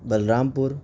بلرام پور